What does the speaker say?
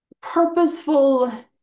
purposeful